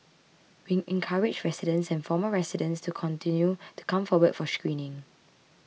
we encourage residents and former residents to continue to come forward for screening